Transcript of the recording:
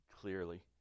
clearly